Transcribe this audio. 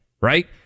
right